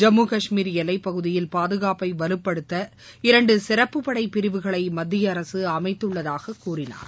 ஜம்மு கஷ்மீர் எல்லை பகுதியில் பாதுகாப்பை வலுப்படுத்த இரண்டு சிறப்பு படை பிரிவுகளை மத்திய அரசு அமைத்துள்ளதாக கூறினார்